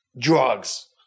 drugs